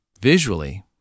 Visually